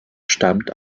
stammt